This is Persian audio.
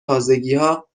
تازگیها